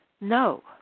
No